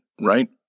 right